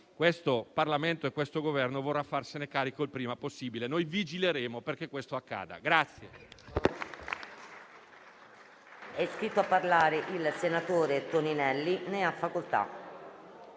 questo Parlamento e questo Governo vorranno farsene carico il prima possibile. Noi vigileremo affinché questo accada.